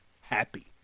happy